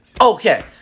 Okay